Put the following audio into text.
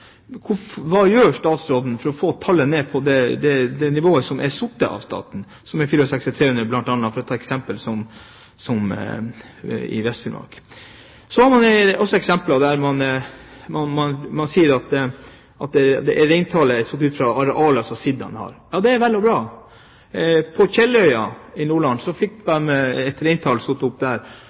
men hva gjør statsråden for å få tallet ned på det nivået som er satt av staten, som i Vest-Finnmark er 64 300 dyr, for å ta et eksempel? Så har man også eksempler der man sier at reintallet er satt ut fra arealet som sidaen har. Det er vel og bra. På Tjeldøya i Nordland fikk de reintallet satt opp. Når man har fått lov til å gjøre det, øker man bare reintallet. Når det så